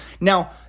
Now